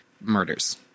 murders